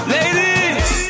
Ladies